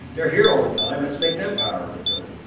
they're here all the time. let's make them power of attorney.